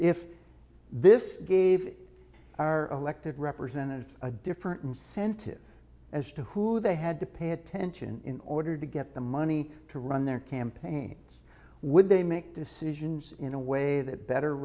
if this gave our elected representatives a different incentive as to who they had to pay attention in order to get the money to run their campaigns would they make decisions in a way that better